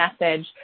message